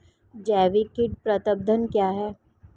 जैविक कीट प्रबंधन क्या है?